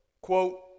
quote